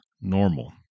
normal